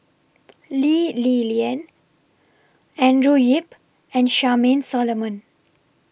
Lee Li Lian Andrew Yip and Charmaine Solomon